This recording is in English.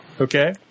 Okay